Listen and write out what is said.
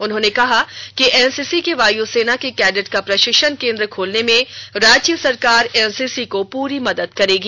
उन्हानें कहा है कि एनसीसी के वायुसेना के कैडेट का प्रशिक्षण केन्द्र खोलने में राज्य सरकार एनसीसी को पूरी मदद करेगी